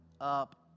up